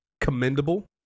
commendable